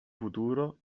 futuro